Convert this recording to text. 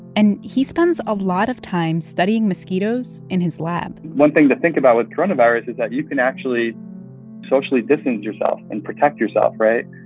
and he spends a lot of time studying mosquitoes in his lab one thing to think about with coronavirus is that you can actually socially distance yourself and protect yourself. right?